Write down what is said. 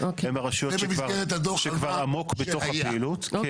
הם הרשויות שכבר עמוק בתוך הפעילות.